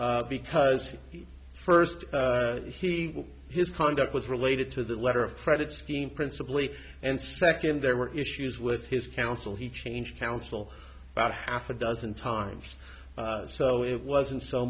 out because he first he his conduct was related to the letter of credit scheme principally and second there were issues with his counsel he changed counsel about half a dozen times so it wasn't so